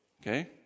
Okay